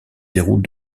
déroule